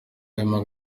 arimo